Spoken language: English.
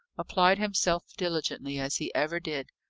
applied himself diligently, as he ever did,